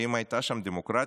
האם הייתה שם דמוקרטיה?